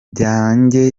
byange